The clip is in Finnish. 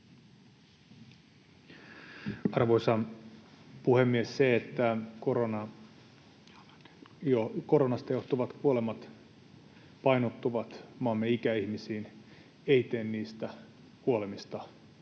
Arvoisa puhemies! Se, että koronasta johtuvat kuolemat painottuvat maamme ikäihmisiin, ei tee niistä kuolemista yhtään